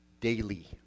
Daily